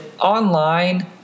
online